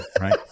Right